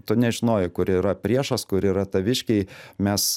tu nežinojai kur yra priešas kur yra taviškiai mes